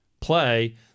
play